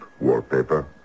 wallpaper